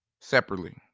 Separately